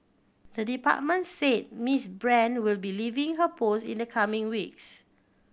the department said Miss Brand will be leaving her post in the coming weeks